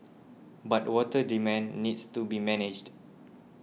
but water demand needs to be managed